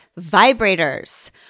Vibrators